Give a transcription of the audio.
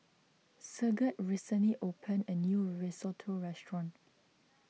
Sigurd recently opened a new Risotto restaurant